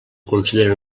considera